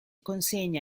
consegna